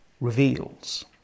reveals